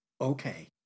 Okay